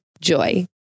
Joy